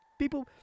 People